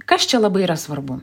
kas čia labai yra svarbu